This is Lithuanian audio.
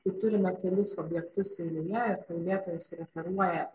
kai turime kelis objektus eilėje ir kalbėtojas referuoja